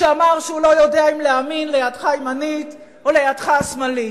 שאמר שהוא לא יודע אם להאמין לידך הימנית או לידך השמאלית.